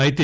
అయితే